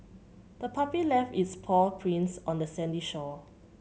the puppy left its paw prints on the sandy shore